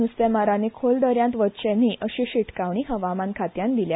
नुस्तेमारांनी खोल दर्यांत वचचे न्हय अशी शिटकावणी हवामान खात्यान दिल्या